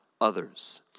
others